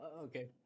okay